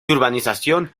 urbanización